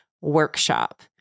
workshop